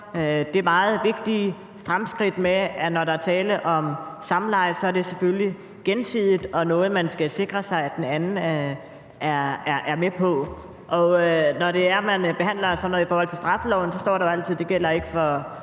det meget vigtige fremskridt, at når der er tale om samleje, så er det selvfølgelig gensidigt og noget, man skal sikre sig, at den anden er med på. Og når det er, at man behandler sådan noget i forhold til straffeloven, står der jo altid, at det ikke gælder